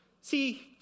See